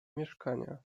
mieszkania